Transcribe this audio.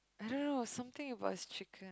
I don't know something about his chicken